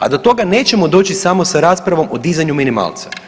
A do toga nećemo doći samo sa raspravom o dizanju minimalca.